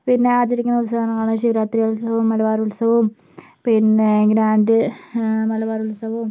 പിന്നെ ആചരിക്കുന്ന ഉത്സവമാണ് ശിവരാത്രി ഉത്സവവും മലബാർ ഉത്സവവും പിന്നെ ഗ്രാൻറ് മലബാർ ഉത്സവവും